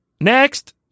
Next